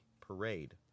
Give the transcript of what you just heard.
parade